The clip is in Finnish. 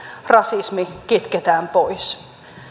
rasismi kitketään pois